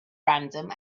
random